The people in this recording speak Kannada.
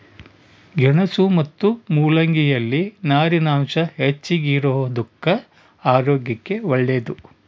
ಗೆಣಸು ಮತ್ತು ಮುಲ್ಲಂಗಿ ಯಲ್ಲಿ ನಾರಿನಾಂಶ ಹೆಚ್ಚಿಗಿರೋದುಕ್ಕ ಆರೋಗ್ಯಕ್ಕೆ ಒಳ್ಳೇದು